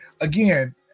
again